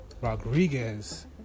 Rodriguez